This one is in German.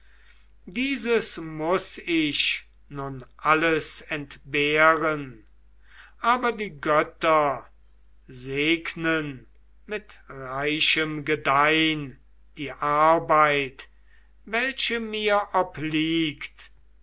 dieses muß ich nun alles entbehren aber die götter segnen mit reichem gedeihn die arbeit welche mir obliegt